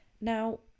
Now